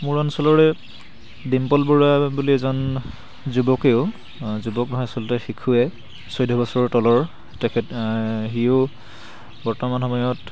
মোৰ অঞ্চলৰে ডিম্পল বৰুৱা বুলি এজন যুৱকেও যুৱক নহয় আচলতে শিশুৱে চৈধ্য বছৰ তলৰ তেখেত সিও বৰ্তমান সময়ত